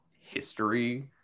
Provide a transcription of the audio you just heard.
history